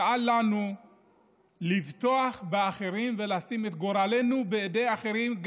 שאל לנו לבטוח באחרים ולשים את גורלנו בידי אחרים,